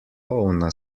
polna